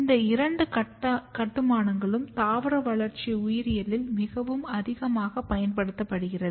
இந்த இரண்டு கட்டுமானங்களும் தாவர வளர்ச்சி உயிரியலில் மிகவும் அதிகமாக பயன்படுத்தப்படுகிறது